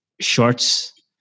Shorts